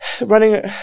running